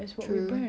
true